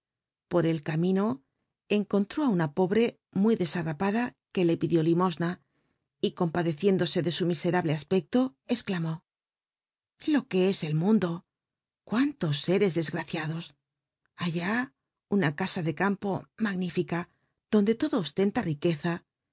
por el camino cnconlr i á una pobre muy desharrapada cjiic le pidui limosna compadcciéndo e de su miserable a pecio exclamó lo que e el mundo cuitntos sé res desg raciados allá una ca a de campo magnílica donde todo ostenta riqutza